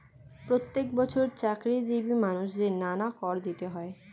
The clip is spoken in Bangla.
প্রত্যেক বছর চাকরিজীবী মানুষদের নানা কর দিতে হয়